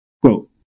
Quote